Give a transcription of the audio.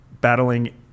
battling